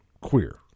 queer